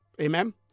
amen